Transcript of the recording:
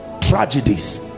tragedies